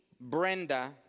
Brenda